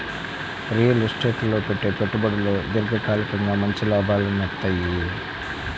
real estate లో పెట్టే పెట్టుబడులు దీర్ఘకాలికంగా మంచి లాభాలనిత్తయ్యి